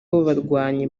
w’abarwanyi